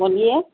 بولیے